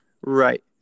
Right